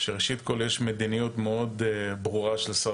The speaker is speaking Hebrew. שראשית כל יש מדיניות מאוד ברורה של שר